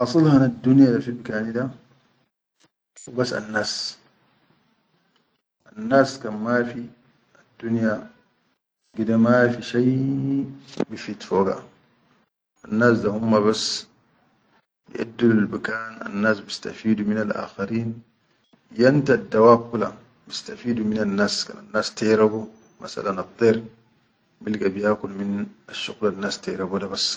Asil hanaddunya fi bikani da hubas annas, annas kan mafi addunya gide mafi shai bifid foga. Annas da humma bas biʼeddulul bikan annas bistafidu minal-akharin, yantaddawab kula bistafidu minannas kan annas terabo, masalan atter bilga biyaku minasshuqul anna tera.